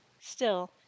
Still